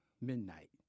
Midnight